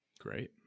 Great